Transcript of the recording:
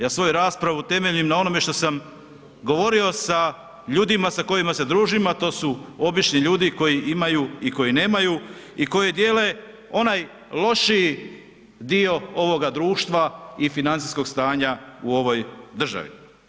Ja svoju raspravu temeljim na onome što sam govorio sa ljudima sa kojima se družim, a to su obični ljudi koji imaju i koji nemaju i koji dijele onaj lošiji dio ovoga društva i financijskog stanja u ovoj državi.